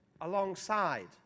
alongside